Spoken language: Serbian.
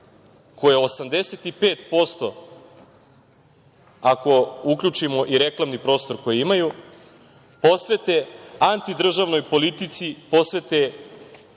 koje 85%, ako uključimo i reklamni prostor koji imaju, posvete anti-državnoj politici, posvete